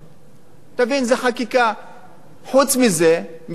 חוץ מזה, משרד הרווחה עדיין לא עוסק בתכנון חקלאי,